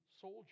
soldier